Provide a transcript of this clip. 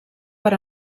per